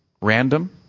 random